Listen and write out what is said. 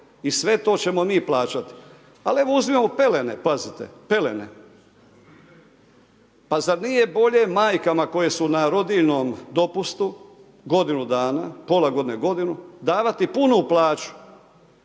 I sve to ćemo mi plaćati. Ali uzmimo pelene pazite, pelene, pa zar nije bolje majkama koje su na rodiljnom dopustu godinu dana, pola godine, godinu, davati punu plaću?